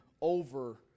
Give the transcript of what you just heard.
over